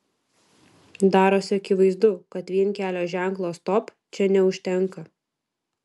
darosi akivaizdu kad vien kelio ženklo stop čia neužtenka